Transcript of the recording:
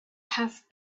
have